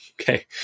Okay